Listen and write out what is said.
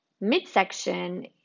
midsection